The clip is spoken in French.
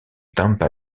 tampa